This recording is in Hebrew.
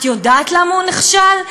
את יודעת למה הוא נכשל?